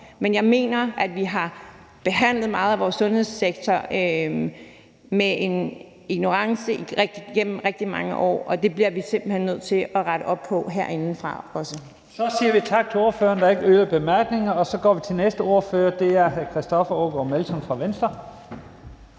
Men jeg mener, at vi har behandlet meget af vores sundhedssektor med en ignorance igennem rigtig mange år, og det bliver vi simpelt hen nødt til at rette op på herindefra også. Kl. 11:44 Første næstformand (Leif Lahn Jensen): Så siger vi tak til ordføreren. Der er ikke yderligere korte bemærkninger. Så går vi til næste ordfører, og det er hr. Christoffer Aagaard Melson fra Venstre.